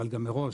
אבל גם מראש,